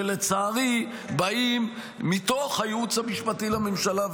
שלצערי באים מתוך הייעוץ המשפטי לממשלה,